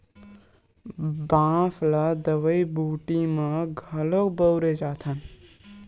बांस ल दवई बूटी म घलोक बउरे जाथन